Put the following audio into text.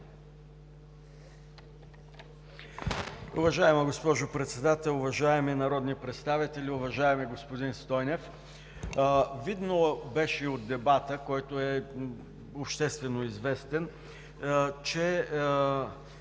Уважаема госпожо Председател, уважаеми народни представители! Уважаеми господин Стойнев, видно беше и от дебата, който е обществено известен, че